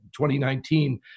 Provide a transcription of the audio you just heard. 2019